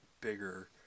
bigger